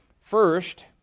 First